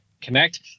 connect